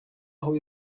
aho